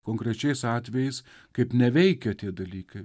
konkrečiais atvejais kaip neveikia tie dalykai